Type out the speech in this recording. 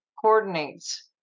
coordinates